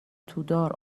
تودار